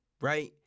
right